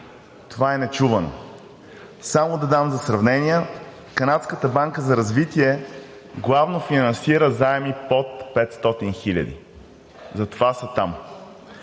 това е нечувано! Само да дам за сравнение – Канадската банка за развитие главно финансира заеми под 500 хиляди, затова са там.